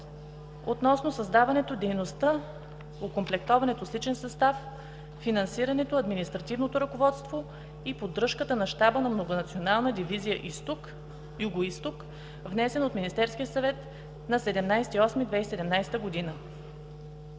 относно създаването, дейността, окомплектоването с личен състав, финансирането, административното ръководство и поддръжката на Щаба на Многонационална дивизия „Югоизток“, внесен от Министерския съвет на 17 август